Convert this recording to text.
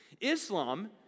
Islam